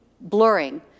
blurring